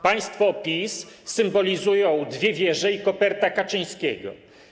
Państwo PiS symbolizują dwie wieże i koperta Kaczyńskiego.